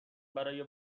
برای